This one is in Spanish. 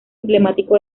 emblemático